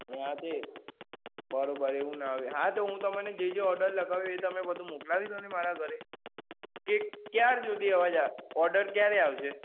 હા તે બરાબર એવું ના હોય હા તે હું તમને જે જે ઓર્ડર લખાવ્યો એ તમે બધું મોકલાવી દો ને મારા ઘરે એક કયાર સુધીમાં આવે ઓર્ડર કયારે આવશે